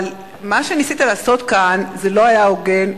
אבל מה שניסית לעשות כאן לא היה הוגן,